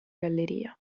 galleria